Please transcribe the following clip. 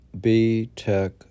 B-Tech